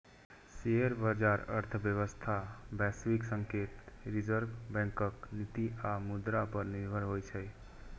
share बाजार अर्थव्यवस्था, वैश्विक संकेत, रिजर्व बैंकक नीति आ मुद्रा पर निर्भर होइ छै